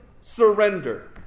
surrender